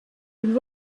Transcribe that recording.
could